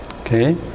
okay